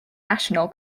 national